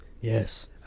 Yes